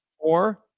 four